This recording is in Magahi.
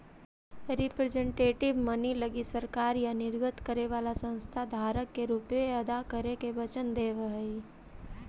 रिप्रेजेंटेटिव मनी लगी सरकार या निर्गत करे वाला संस्था धारक के रुपए अदा करे के वचन देवऽ हई